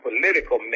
political